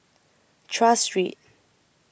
Tras Street